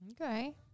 Okay